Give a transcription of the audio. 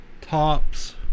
tops